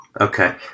okay